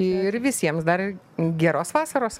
ir visiems dar geros vasaros